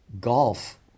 golf